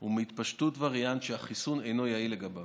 הוא מהתפשטות וריאנט שהחיסון אינו יעיל לגביו,